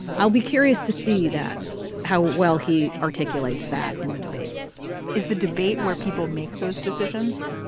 i'll be curious to see that how well he articulates that in the debate is the debate where people make those decisions.